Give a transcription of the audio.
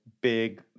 big